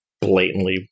blatantly